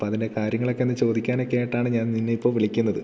അപ്പം അതിൻ്റെ കാര്യങ്ങളൊക്കെ ഒന്ന് ചോദിക്കാനൊക്കെ ആയിട്ടാണ് ഞാൻ നിന്നെ ഇപ്പോൾ വിളിക്കുന്നത്